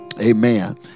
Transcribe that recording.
Amen